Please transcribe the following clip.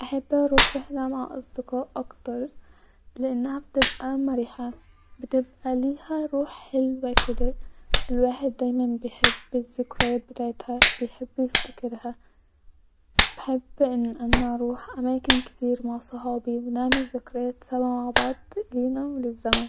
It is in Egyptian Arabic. احب اروح رحله مع اصدقاء اكتر-لانها بتبقي مرحه بتبقي ليها روح حلوه كده-الواحد ديما بيحب الذكريات بتاعتها-بيحب يفتكرها-احب ان انا اروح اماكن كتير مع صحابي ونعمل ذكرايات سوا مع بعض لينا وللزمن